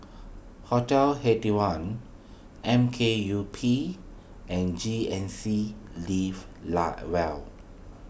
Hotel Eighty One M K U P and G N C live lie well